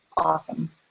awesome